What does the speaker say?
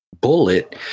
bullet